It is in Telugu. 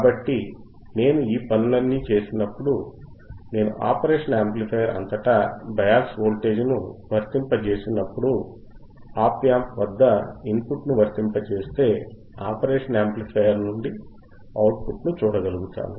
కాబట్టి నేను ఈ పనులన్నీ చేసినప్పుడు నేను ఆపరేషనల్ యాంప్లిఫైయర్ అంతటా బయాస్ వోల్టేజ్ను వర్తింపజేసినప్పుడు ఆప్ యాంప్ వద్ద ఇన్పుట్ను వర్తింపజేస్తే ఆపరేషనల్ యాంప్లిఫైయర్ నుండి అవుట్పుట్ను చూడగలుగుతాను